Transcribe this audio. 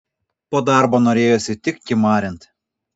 po darbo norėjosi tik kimarint